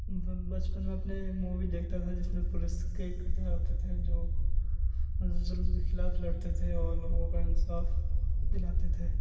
بچپن میں اپنے مووی دیکھتا تھا جس میں پولیس کے کردار ہوتے تھے جو ظلم کے خلاف لڑتے تھے اور لوگوں کا انصاف دلاتے تھے